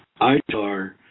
ITAR